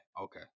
okay